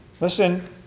listen